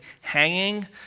hanging